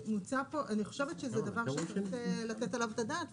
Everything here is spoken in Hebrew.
אני חושבת שזה דבר שצריך לתת עליו את הדעת.